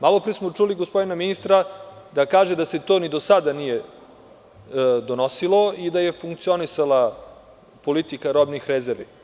Malopre smo čuli gospodina ministra da kaže da se to ni do sada nije donosilo i da je funkcionisala politika robnih rezervi.